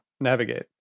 navigate